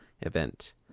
event